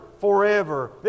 forever